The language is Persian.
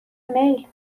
میل